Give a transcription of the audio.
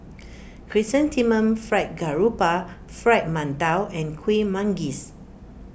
Chrysanthemum Fried Garoupa Fried Mantou and Kueh Manggis